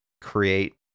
create